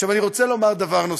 עכשיו אני רוצה לומר דבר נוסף.